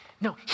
No